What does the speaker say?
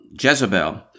Jezebel